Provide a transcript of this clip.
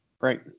Right